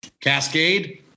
Cascade